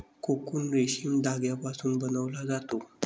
cocoon रेशीम धाग्यापासून बनवला जातो